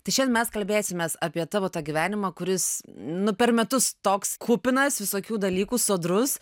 tai šian mes kalbėsimės apie tavo tą gyvenimą kuris nu per metus toks kupinas visokių dalykų sodrus